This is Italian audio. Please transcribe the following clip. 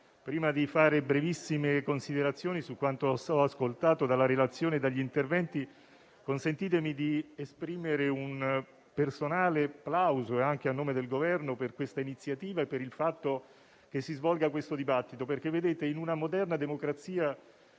prima di fare alcune brevissime considerazioni su quanto ho ascoltato dalla relazione e dagli interventi, consentitemi di esprimere un personale plauso, anche a nome del Governo, per questa iniziativa e per il fatto che si svolga l'odierno dibattito, perché in una moderna democrazia